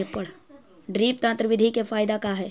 Drip तन्त्र बिधि के फायदा का है?